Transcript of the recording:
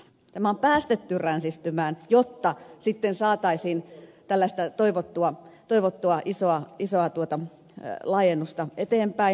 tämä on päästetty ränsistymään jotta sitten saataisiin tällaista toivottua isoa laajennusta eteenpäin